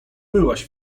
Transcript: byłaś